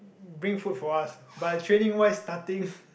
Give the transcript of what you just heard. bring food for us but the training wise nothing